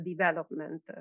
development